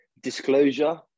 Disclosure